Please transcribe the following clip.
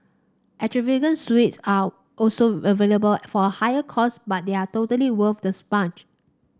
extravagant suites are also available for a higher cost but they are totally worth the